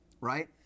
right